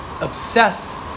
obsessed